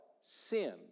Sin